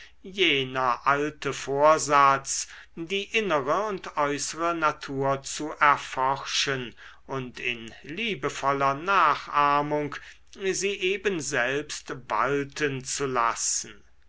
jener alte vorsatz die innere und äußere natur zu erforschen und in liebevoller nachahmung sie eben selbst walten zu lassen